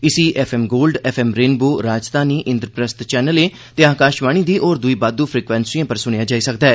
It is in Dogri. इस्सी F M Gold F M Rainbow Rajdhani Indraprastha चैनलें ते आकाशवाणी दी होर दुई बाददू फ्रीक्वैनसीएं पर सुनेआ जाई सकदा ऐ